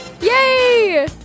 Yay